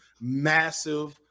massive